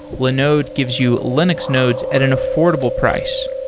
linode gives you linux nodes at an affordable price,